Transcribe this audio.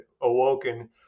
awoken